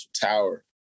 Tower